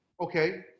okay